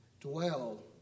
dwell